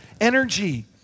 energy